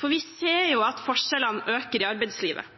Vi ser at forskjellene øker i arbeidslivet.